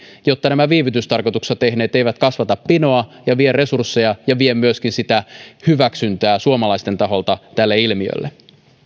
jotta nämä viivytystarkoituksessa tehdyt eivät kasvata pinoa ja vie resursseja ja vie myöskin sitä hyväksyntää suomalaisten taholta tälle ilmiölle